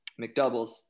McDoubles